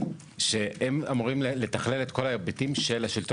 שהם אמורים לתכלל את כל ההיבטים של השלטון